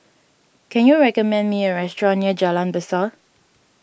can you recommend me a restaurant near Jalan Besar